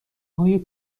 های